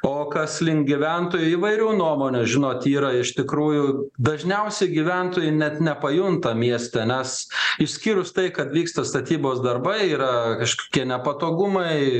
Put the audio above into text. o kas link gyventojų įvairių nuomonių žinot yra iš tikrųjų dažniausiai gyventojai net nepajunta mieste nes išskyrus tai kad vyksta statybos darbai yra kažkokie nepatogumai